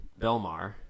Belmar